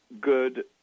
good